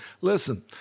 listen